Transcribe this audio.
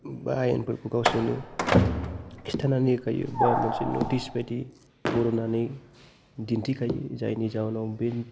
बा आयेनफोरखौ गावसोरनो खिन्थानानै होखायो बा मोनसे नटिस बायदि बरननानै दिन्थिखायो जायनि जाहोनाव बे